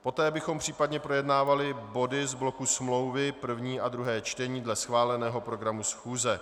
Poté bychom případně projednávali body z bloku smlouvy první a druhé čtení dle schváleného programu schůze.